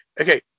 okay